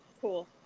Cool